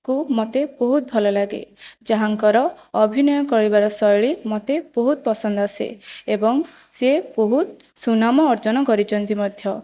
କୁ ମୋତେ ବହୁତ ଭଲଲାଗେ ଯାହାଙ୍କର ଅଭିନୟ କରିବାର ଶୈଳୀ ମୋତେ ବହୁତ ପସନ୍ଦ ଆସେ ଏବଂ ସେ ବହୁତ ସୁନାମ ଅର୍ଜନ କରିଛନ୍ତି ମଧ୍ୟ